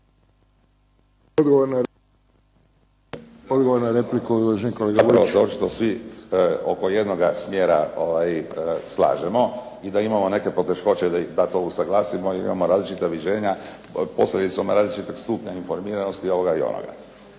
Odgovor na repliku, uvaženi kolega Vujić.